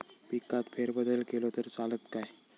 पिकात फेरबदल केलो तर चालत काय?